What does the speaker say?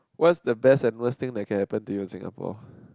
what is the best and worst thing that can happen to you in Singapore